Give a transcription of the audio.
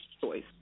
choice